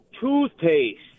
toothpaste